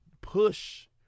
push